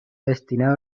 destinado